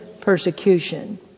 persecution